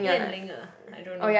Yan Ling uh I don't know